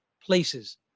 places